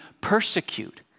persecute